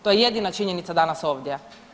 To je jedina činjenica danas ovdje.